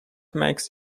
makes